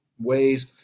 ways